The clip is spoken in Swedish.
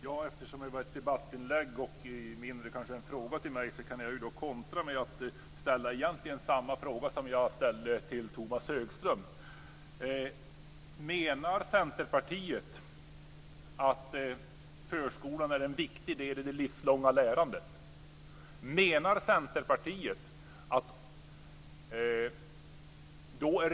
Fru talman! Eftersom det mer var ett debattinlägg och mindre en fråga till mig, kan jag kontra med att ställa samma frågor som jag ställde till Tomas Högström. Menar Centerpartiet att förskolan är en viktig del i det livslånga lärandet? Menar Centerpartiet att